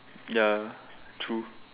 ya true